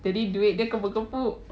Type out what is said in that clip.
jadi duit dia kepuk-kepuk